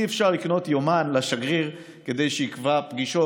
אי-אפשר לקנות יומן לשגריר כדי שיקבע פגישות.